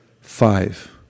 five